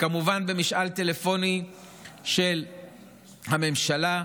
וכמובן במשאל טלפוני של הממשלה,